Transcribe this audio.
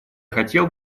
хотел